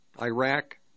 Iraq